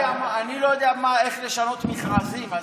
אני לא יודע איך לשנות מכרזים.